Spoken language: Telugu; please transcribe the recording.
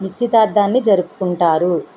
నిశ్చితార్థాన్ని జరుపుకుంటారు